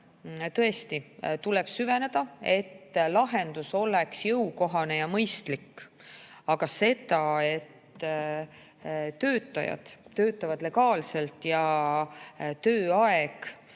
tõesti tuleb süveneda, et lahendus oleks jõukohane ja mõistlik. See, et töötajad töötavad legaalselt ning tööaeg